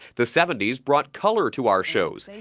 the seventies brought colour to our shows,